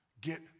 Get